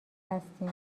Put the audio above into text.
هستیم